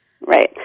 Right